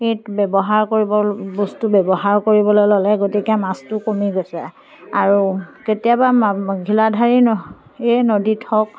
ৰীত ব্যৱহাৰ কৰিব বস্তু ব্যৱহাৰ কৰিবলৈ ল'লে গতিকে মাছটো কমি গৈছে আৰু কেতিয়াবা মা ঘিলাধাৰী নৈয়ে নদীত হওক